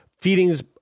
feedings